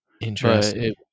Interesting